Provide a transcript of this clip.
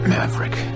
Maverick